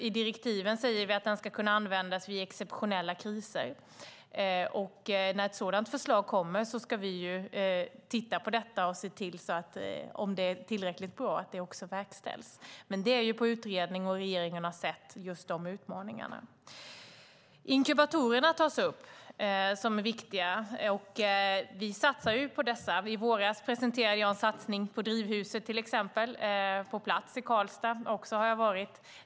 I direktiven säger vi att det ska kunna användas vid exceptionella kriser. När ett sådant förslag kommer ska vi titta på det och, om det är tillräckligt bra, se till att det också verkställs. Det är dock på utredning - regeringen har sett just dessa utmaningar. Inkubatorerna tas upp som viktiga, och vi satsar på dessa. I våras presenterade jag till exempel, på plats i Karlstad där jag också har varit, en satsning på Drivhuset.